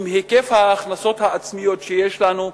עם היקף ההכנסות העצמיות שיש לנו,